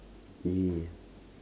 yeah